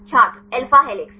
छात्र alpha helix